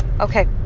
okay